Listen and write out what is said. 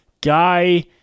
Guy